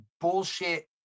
bullshit